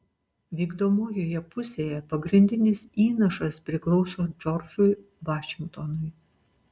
vykdomojoje pusėje pagrindinis įnašas priklauso džordžui vašingtonui